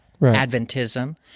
Adventism